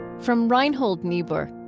from reinhold niebuhr